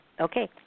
Okay